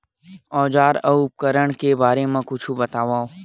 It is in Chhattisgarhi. औजार अउ उपकरण के बारे मा कुछु बतावव?